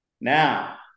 Now